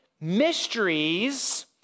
mysteries